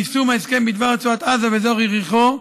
חוק ליישום ההסכם בדבר רצועת עזה ואזור יריחו,